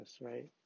right